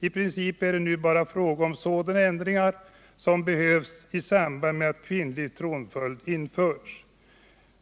I princip är det nu bara fråga om sådana ändringar som behövs i samband med att kvinnlig tronföljd införs.